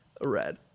Red